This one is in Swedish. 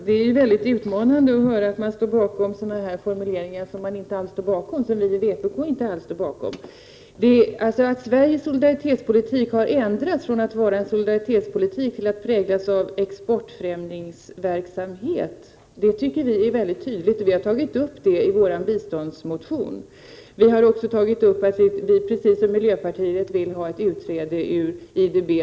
Herr talman! Det är utmanande att höra att man står bakom sådana här formuleringar, som vi i vpk inte alls står bakom. Att Sveriges solidaritetspolitik har ändrats från att vara en solidaritetspolitik till att präglas av exportfrämjande verksamhet är mycket tydligt, och vi har i vpk tagit upp det i vår biståndsmotion. Vi har också föreslagit, precis som miljöpartiet, att Sverige skall utträda ur IDB.